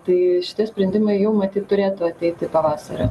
tai šitie sprendimai jau matyt turėtų ateiti pavasarį